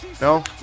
No